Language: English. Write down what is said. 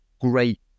great